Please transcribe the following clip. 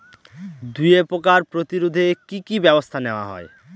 দুয়ে পোকার প্রতিরোধে কি কি ব্যাবস্থা নেওয়া হয়?